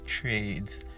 trades